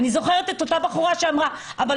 אני זוכרת את אותה בחורה שאמרה: אבל